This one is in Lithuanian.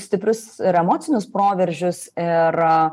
stiprius ir emocinius proveržius ir